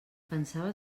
pensava